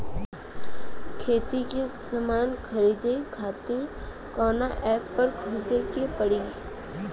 खेती के समान खरीदे खातिर कवना ऐपपर खोजे के पड़ी?